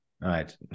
Right